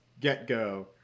get-go